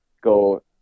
go